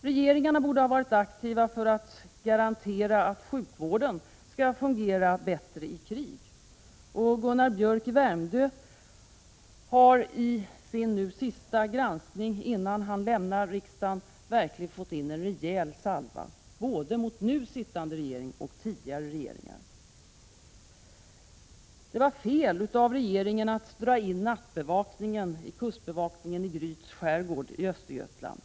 Regeringarna borde har varit aktivare för att garantera att sjukvården skall fungera bättre i krig. Gunnar Biörck i Värmdö har i sin nu sista granskning innan han lämnar riksdagen verkligen fått in en rejäl salva, både mot nu sittande regering och mot tidigare regeringar. Det var fel av regeringen att dra in nattbevakningen vid kustbevakningscentralen i Gryts skärgård i Östergötland.